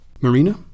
Marina